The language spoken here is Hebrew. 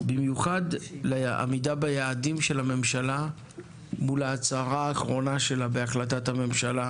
במיוחד לעמידה ביעדים של הממשלה מול ההצהרה האחרונה שלה בהחלטת הממשלה,